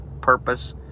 Purpose